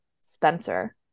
Spencer